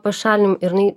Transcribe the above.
pašalinimui ir jinai